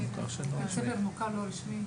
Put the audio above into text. במוסד מוכר לא רשמי.